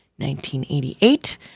1988